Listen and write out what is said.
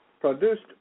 produced